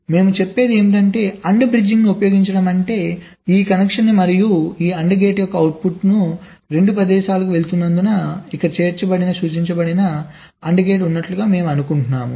మేము చెప్పేది ఏమిటంటే AND brigding ను ఉపయోగించడం అంటే ఈ కనెక్షన్ మరియు ఈ AND గేట్ యొక్క ఈ అవుట్పుట్ రెండు ప్రదేశాలకు వెళుతున్నందున ఇక్కడ చేర్చబడిన సూచించబడిన AND గేట్ ఉన్నట్లుగా మేము అనుకుంటాము